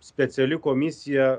speciali komisija